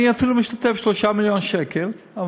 אני אפילו משתתף ב-3 מיליון שקל,